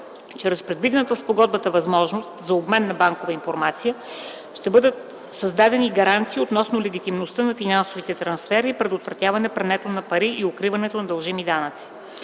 Чрез предвидената в спогодбата възможност за обмен на банкова информация ще бъдат създадени гаранции относно легитимността на финансовите трансфери, предотвратяване прането на пари и укриването на дължими данъци.